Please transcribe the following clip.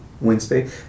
Wednesday